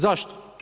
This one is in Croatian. Zašto?